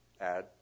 add